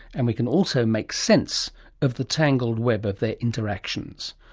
and we can also make sense of the tangled web of their interactions.